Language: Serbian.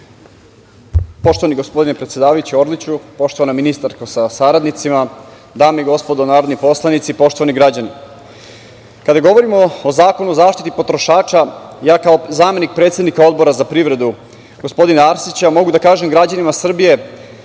Poštovani gospodine predsedavajući, poštovana ministarko sa saradnicima, dame i gospodo narodni poslanici, poštovani građani, kada govorimo o Zakonu o zaštiti potrošača, ja kao zamenik predsednika Odbora za privredu, gospodina Arsića, mogu da kažem građanima Srbije